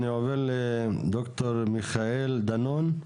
אני עובר לד"ר מיכאל דנון,